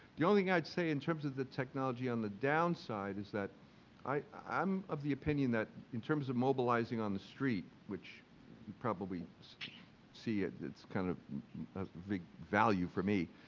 the only thing i'd say in terms of the technology on the downside is that i'm of the opinion that in terms of mobilizing on the street, which probably see it, it's kind of a big value for me,